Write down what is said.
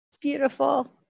Beautiful